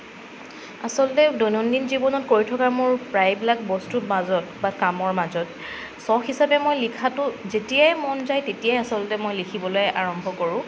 আছলতে দৈনন্দিন জীৱনত কৰি থকা মোৰ প্ৰায়বিলাক বস্তুৰ মাজত বা কামৰ মাজত চখ হিচাপে মই লিখাটো যেতিয়াই মন যায় তেতিয়াই আছলতে মই লিখিবলৈ আৰম্ভ কৰোঁ